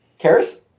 Karis